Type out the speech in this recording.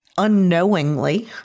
unknowingly